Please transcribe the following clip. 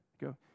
Go